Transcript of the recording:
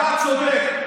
אתה צודק,